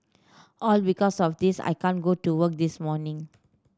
all because of this I can't go to work this morning